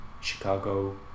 Chicago